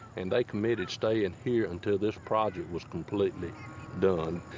and they committed staying here until this project was completely done.